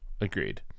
agreed